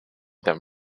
them